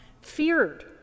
feared